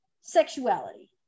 sexuality